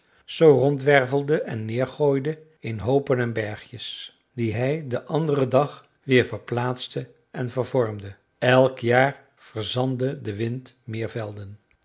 ze rondwervelde en neergooide in hoopen en bergjes die hij den anderen dag weer verplaatste en vervormde elk jaar verzandde de wind meer velden